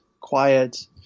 quiet